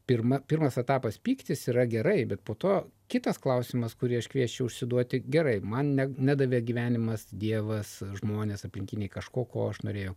pirma pirmas etapas pyktis yra gerai bet po to kitas klausimas kurį aš kviesčiau užsiduoti gerai man ne nedavė gyvenimas dievas žmonės aplinkiniai kažko ko aš norėjau